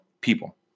people